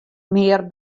mear